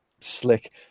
slick